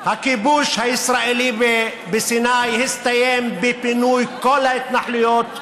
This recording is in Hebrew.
הכיבוש הישראלי בסיני הסתיים בפינוי כל ההתנחלויות.